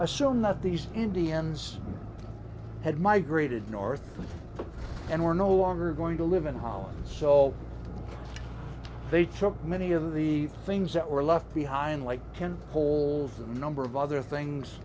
assume that these indians had migrated north and were no longer going to live in holland so they took many of the things that were left behind like ten whole number of other things